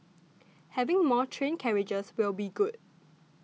having more train carriages will be good